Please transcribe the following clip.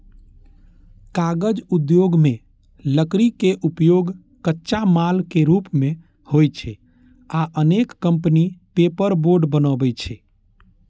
कागज उद्योग मे लकड़ी के उपयोग कच्चा माल के रूप मे होइ छै आ अनेक कंपनी पेपरबोर्ड बनबै छै